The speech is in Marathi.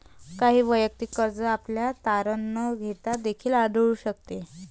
काही वैयक्तिक कर्ज आपल्याला तारण न घेता देखील आढळून शकते